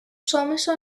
شامشو